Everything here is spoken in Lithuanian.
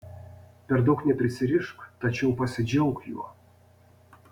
per daug neprisirišk tačiau pasidžiauk juo